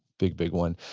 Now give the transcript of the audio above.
big, big one.